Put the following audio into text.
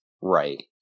right